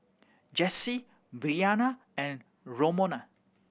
Jesse Breanna and Romona